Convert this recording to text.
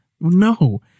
No